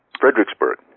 fredericksburg